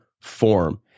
form